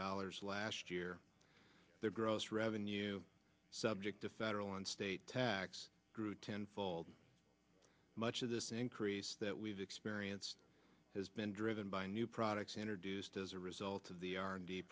dollars last year the gross revenue subject of federal and state tax grew ten fold much of this increase that we've experienced has been driven by new products introduced as a result of the